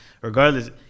Regardless